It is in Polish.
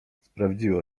sprawdziło